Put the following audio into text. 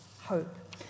Hope